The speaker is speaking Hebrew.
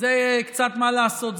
מה לעשות,